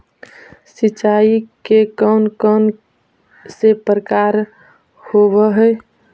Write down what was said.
सिंचाई के कौन कौन से प्रकार होब्है?